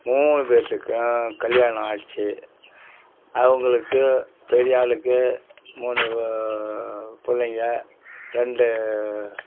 மூணு பேர்த்துக்கும் கல்யாணம் ஆகிடுச்சி அவங்களுக்கு பெரிய ஆளுக்கு மூணு பிள்ளைங்க ரெண்டு